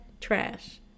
trash